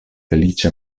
feliĉa